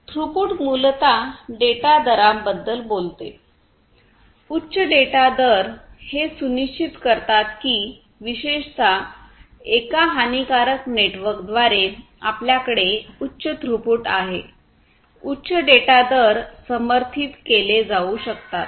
throughput मूलत data दरांबद्दल बोलते उच्च डेटा दर् हें सुनिश्चित करतात कीं विशेषत एका हानीकारक नेटवर्कद्वारे आपल्याकडे उच्च थ्रूपुट आहे उच्च डेटा दर समर्थित केले जाऊ शकतात